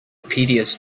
piteous